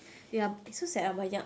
ya it's so sad uh banyak